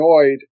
annoyed